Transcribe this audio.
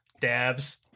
Dabs